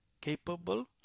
capable